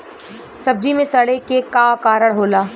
सब्जी में सड़े के का कारण होला?